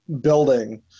building